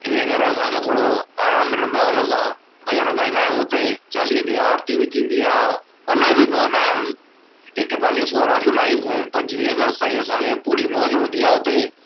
इन ई करे असांखे थोरो आराम मिलंदो आहे उन सां भॼन गाईंदा आहियूं हुते चालीह ॾींहं आरती बि थींदी आहे पलउ बि पवंदा आहिनि एकतालीह सोरहं जुलाई खूं पंजुवीह अगस्त ताईं असांखे पूरी मौज हूंदी आहे उते